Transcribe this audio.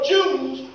Jews